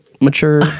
mature